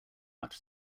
much